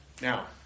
Now